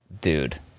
Dude